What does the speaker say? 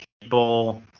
people